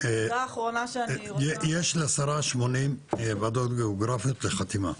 יש לשרה שמונים ועדות גיאוגרפיות לחתימה?